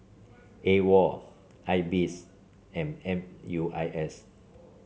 AWOL IBS and M U I S